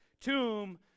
tomb